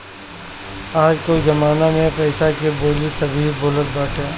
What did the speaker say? आज कअ जमाना में पईसा के बोली सभे बोलत बाटे